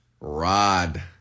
Rod